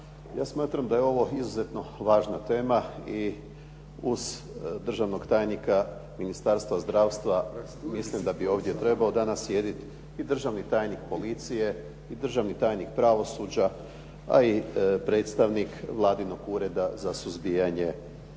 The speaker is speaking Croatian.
Ja smatram da je ovo izuzetno važna tema i uz državnog tajnika Ministarstva zdravstva mislim da bi ovdje trebao danas sjediti i državni tajnik policije i državni tajnik pravosuđa, a i predstavnik vladinog Ureda za suzbijanje